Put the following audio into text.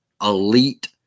elite